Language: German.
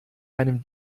einem